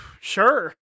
Sure